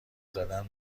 زدن